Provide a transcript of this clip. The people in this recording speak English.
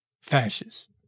fascists